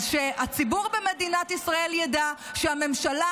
אז שהציבור במדינת ישראל ידע שהממשלה